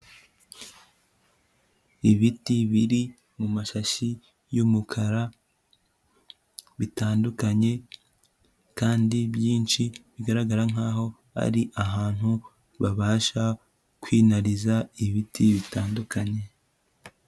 Ibiti biri mu mashashi y'umukara, bitandukanye kandi byinshi, bigaragara nkaho ari ahantu babasha kwinariza ibiti bitandukanye.